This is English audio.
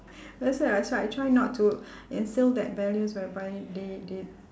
that's why as well I try not to instil that values whereby they they